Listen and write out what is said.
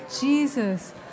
Jesus